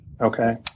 Okay